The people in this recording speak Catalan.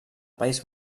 país